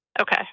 Okay